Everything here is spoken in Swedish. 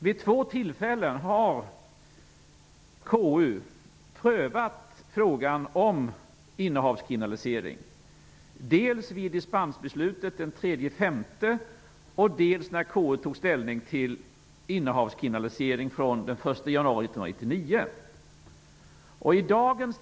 Vid två tillfällen har KU prövat frågan om innehavskriminalisering, dels vid dispensbeslutet den 3 maj, dels när man tog ställning till innehavskriminalisering från den 1 januari 1999.